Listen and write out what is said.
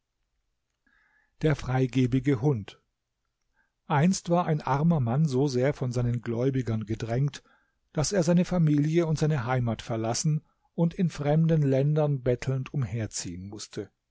der freigebige hund einst war ein armer mann so sehr von seinen gläubigern gedrängt daß er seine familie und seine heimat verlassen und in fremden ländern bettelnd umherziehen mußte